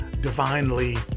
divinely